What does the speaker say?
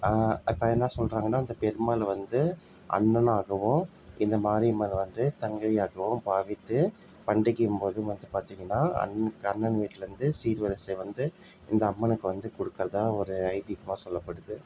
அப்போ என்ன சொல்றாங்கனால் அந்த பெருமாள் வந்து அண்ணனாகவும் இந்த மாரியம்மன் வந்து தங்கையாகவும் பாவித்து பண்டிகையின் போது வந்து பார்த்திங்கன்னா அண் கண்ணன் வீட்டிலருந்து சீர்வரிசை வந்து இந்த அம்மனுக்கு வந்து கொடுக்குறதா ஒரு ஐதீகமாக சொல்லப்படுது